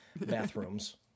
bathrooms